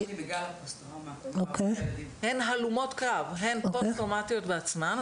הן פוסט טראומטיות בעצמן.